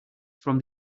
from